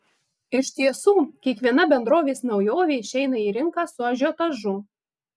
iš tiesų kiekviena bendrovės naujovė išeina į rinką su ažiotažu